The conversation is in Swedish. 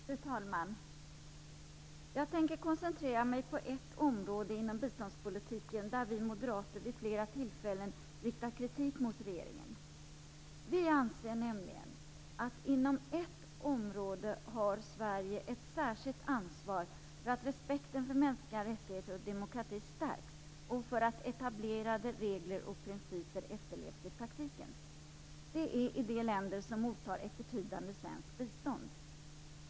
Fru talman! Jag tänker koncentrera mig på ett område inom biståndspolitiken där vi moderater vid flera tillfällen riktat kritik mot regeringen. Vi anser nämligen att inom ett område har Sverige ett särskilt ansvar för att respekten för mänskliga rättigheter och demokrati stärks, och för att etablerade regler och principer efterlevs i praktiken. Det gäller de länder som tar emot ett betydande svenskt bistånd.